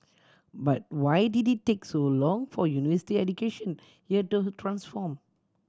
but why did it take so long for university education here to transform